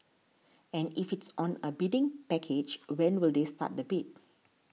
and if it's on a bidding package when will they start the bid